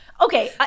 Okay